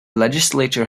legislature